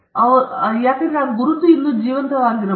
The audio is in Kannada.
ಅವರು ಇನ್ನೂ ಜೀವಂತವಾಗಿ ಇರುತ್ತಾರೆ